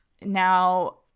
Now